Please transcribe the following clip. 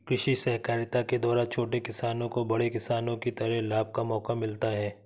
कृषि सहकारिता के द्वारा छोटे किसानों को बड़े किसानों की तरह लाभ का मौका मिलता है